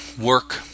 work